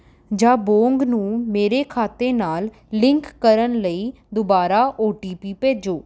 ਜਾਬੌਂਗ ਨੂੰ ਮੇਰੇ ਖਾਤੇ ਨਾਲ ਲਿੰਕ ਕਰਨ ਲਈ ਦੁਬਾਰਾ ਓ ਟੀ ਪੀ ਭੇਜੋ